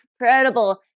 incredible